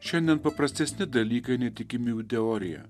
šiandien paprastesni dalykai nei tikimybių teorija